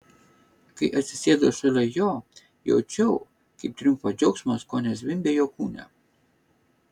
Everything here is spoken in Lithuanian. kai atsisėdau šalia jo jaučiau kaip triumfo džiaugsmas kone zvimbia jo kūne